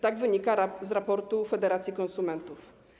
Tak wynika z raportu Federacji Konsumentów.